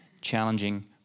Challenging